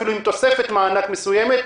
אפילו עם תוספת מענק מסוימת.